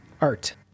art